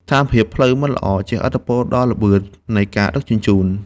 ស្ថានភាពផ្លូវមិនល្អជះឥទ្ធិពលដល់ល្បឿននៃការដឹកជញ្ជូន។